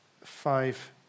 five